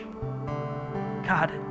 God